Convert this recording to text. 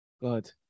God